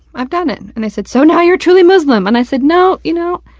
i've done it. and they said, so now you're truly muslim! and i said, no. you know,